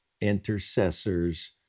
Intercessors